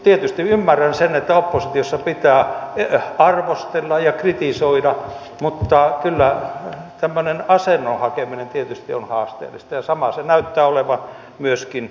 tietysti ymmärrän sen että oppositiossa pitää arvostella ja kritisoida mutta kyllä tämmöinen asennon hakeminen tietysti on haasteellista ja samaa se näyttää olevan myöskin vihreillä